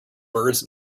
birds